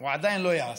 הוא עדיין לא ייעשה.